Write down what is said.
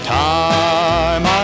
time